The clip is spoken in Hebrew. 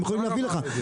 הם יכולים להביא לך.